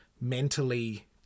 mentally